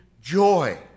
joy